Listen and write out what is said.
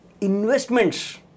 Investments